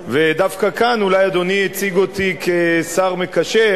ודווקא כאן, אולי, אדוני, הציגו אותי כשר מקשר,